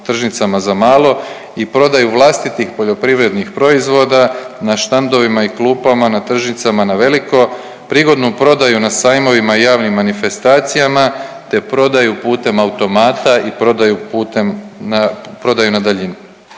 tržnicama za malo i prodaju vlastitih poljoprivrednih proizvoda na štandovima i klupama na tržnicama na veliko, prigodnu prodaju na sajmovima i javnim manifestacijama, te prodaju putem automata i prodaju putem,